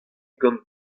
gant